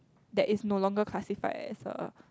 that is no longer classified as a